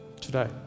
today